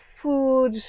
food